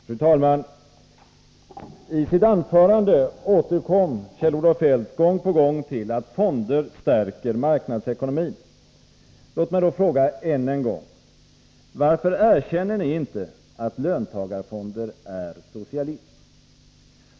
Fru talman! I sitt anförande återkom Kjell-Olof Feldt gång på gång till att fonder stärker marknadsekonomin. Låt mig då fråga än en gång: Varför erkänner ni inte att löntagarfonder är socialism?